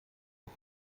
auf